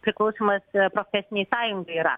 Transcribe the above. priklausymas profesinei sąjungai yra